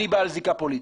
אני בעל זיקה פוליטית.